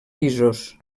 pisos